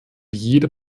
jede